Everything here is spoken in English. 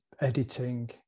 editing